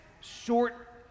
short